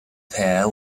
pair